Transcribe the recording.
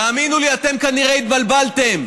תאמינו לי, אתם כנראה התבלבלתם.